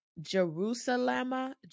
Jerusalem